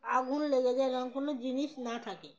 আগুন লেগে যায় এরকম কোনো জিনিস না থাকে